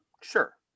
Sure